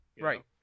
Right